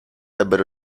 ebbero